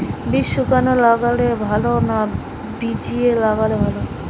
বীজ শুকনো লাগালে ভালো না ভিজিয়ে লাগালে ভালো?